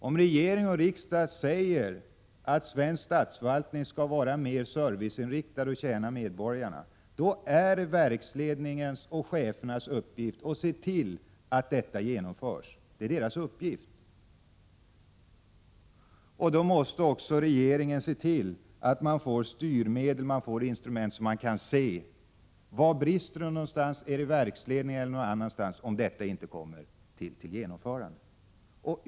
Om regering och riksdag säger att svensk statsförvaltning skall vara mer serviceinriktad och tjäna medborgarna, är det verksledningens och chefernas uppgift att se till att detta genomförs. Då måste också regeringen se till att få styrmedel och instrument så att man, om besluten inte genomförs, kan se efter var det brister, om det är i verksledningen eller någon annanstans.